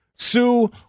Sue